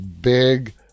big